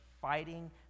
fighting